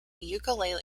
ukulele